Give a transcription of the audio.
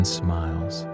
smiles